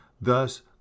thus